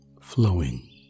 flowing